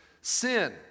sin